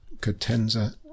cadenza